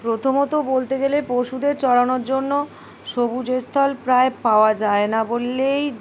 প্রথমত বলতে গেলে পশুদের চড়ানোর জন্য সবুজ স্থল প্রায় পাওয়া যায় না বললেই